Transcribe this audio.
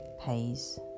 pays